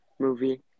movie